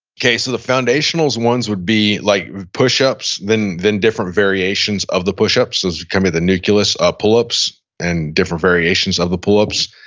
the the foundationals ones would be like push-ups, then then different variations of the push-ups. those can be the nucleus ah pull-ups and different variations of the pull-ups,